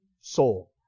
soul